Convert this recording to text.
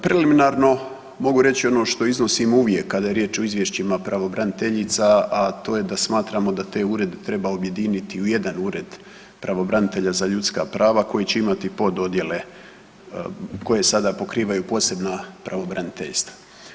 Preliminarno mogu reći ono što iznosimo uvijek kada je riječ o izvješćima pravobraniteljica, a to je da smatramo da te urede treba objediniti u jedan ured pravobranitelja za ljudska prava koji će imati pod odjele koje sada pokrivaju posebna pravobraniteljstva.